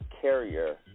carrier